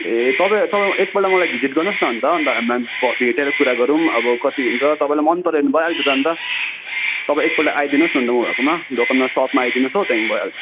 ए तपाईँ तपाईँ एकपल्ट मलाई भिजिट गर्नुहोस् न अन्त अन्त भेटेर कुरा गरौँ अब कति हुन्छ तपाईँलाई मनपर्यो भने भइहाल्छ त अन्त तपाईँ एकपल्ट आइदिनुहोस् न त उहाँहरूकोमा दोकानमा सपमा आइदिनुहोस् हो त्यहाँदेखि भइहाल्छ